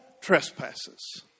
trespasses